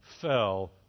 fell